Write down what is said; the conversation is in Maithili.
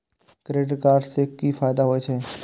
क्रेडिट कार्ड से कि फायदा होय छे?